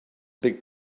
big